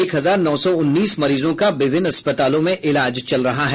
एक हजार नौ सौ उन्नीस मरीजों का विभिन्न अस्पतालों में इलाज चल रहा है